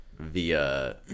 Via